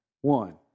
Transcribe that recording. One